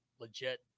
legit